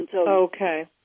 Okay